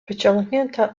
wyciągnięta